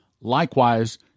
Likewise